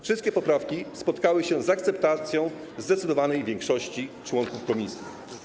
Wszystkie poprawki spotkały się z akceptacją zdecydowanej większości członków komisji.